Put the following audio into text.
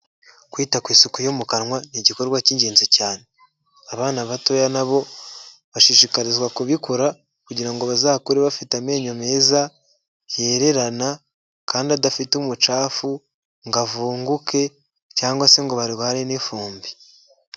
Kwita ku isuku yo mu kanwa ni igikorwa k'ingenzi cyane, abana batoya nabo bashishikarizwa kubikora, kugira ngo bazakure bafite amenyo meza yererana kandi adafite umucafu ngo avunguke cyangwa se ngo barwane n'ifumbi.